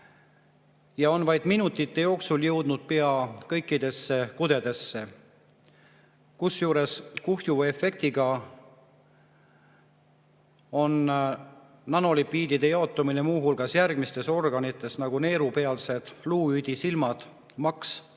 jõuab vaid minutite jooksul pea kõikidesse kudedesse. Kusjuures kuhjuva efektiga on nanolipiidide jaotumine muu hulgas järgmistes organites: neerupealised, luuüdi, silmad, maks,